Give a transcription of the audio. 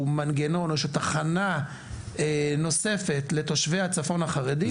מנגנון או שתחנה נוספת לתושבי הצפון החרדים,